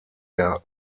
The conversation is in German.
der